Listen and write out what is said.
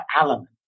element